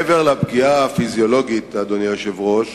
מעבר לפגיעה הפיזיולוגית, אדוני היושב-ראש,